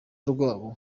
rwabo